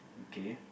okay